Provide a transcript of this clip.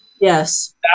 Yes